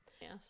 Yes